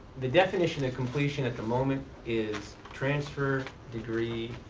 the definition of completion at the moment is transfer, degree,